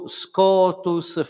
scotus